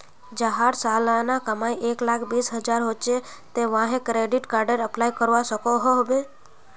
जहार सालाना कमाई एक लाख बीस हजार होचे ते वाहें क्रेडिट कार्डेर अप्लाई करवा सकोहो होबे?